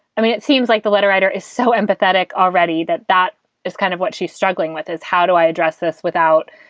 i mean, it seems like the letter writer is so empathetic already that that is kind of what she's struggling with is how do i address this without,